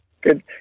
Good